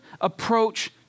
approach